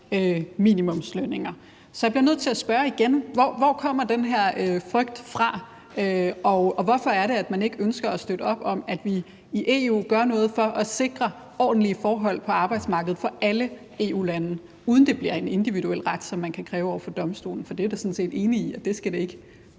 minimumslønninger. Så jeg bliver nødt til at spørge igen: Hvor kommer den her frygt fra? Og hvorfor er det, at man ikke ønsker at støtte op om, at vi i EU gør noget for at sikre ordentlige forhold på arbejdsmarkedet for alle EU-lande, uden at det bliver en individuel ret, som man kan kræve over for Domstolen, for det er jeg da sådan set enig i at det ikke